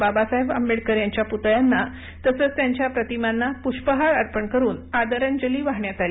बाबासाहेब आंबेडकर यांच्या पुतळ्यांना तसंच त्यांच्या प्रतिमांना पुष्पहार अर्पण करून आदरांजली वाहण्यात आली